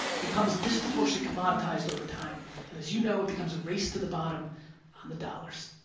becomes disproportionately commoditized over time and as you know it becomes a race to the bottom on the dollars.